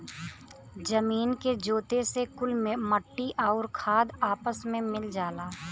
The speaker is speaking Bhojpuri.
जमीन के जोते से कुल मट्टी आउर खाद आपस मे मिल जाला